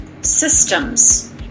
systems